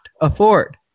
afford